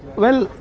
well,